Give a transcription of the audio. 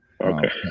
Okay